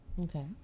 Okay